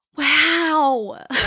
wow